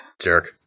Jerk